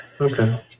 Okay